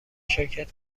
شرکت